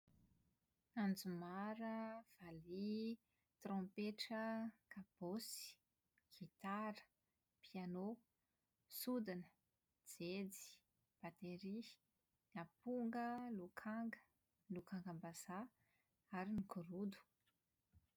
Anjomara, Valihi, Trompetra, Kabosy, Gitara, Piano, Sodina, Jkejy, Bateria, Amponga, Lokanga, Lokangambazaha, ary ny Gorodo.